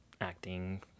acting